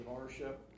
ownership